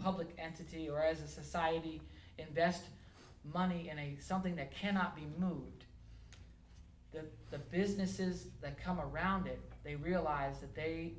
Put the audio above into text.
public entity or as a society and best money and something that cannot be moved then the businesses that come around it they realize that they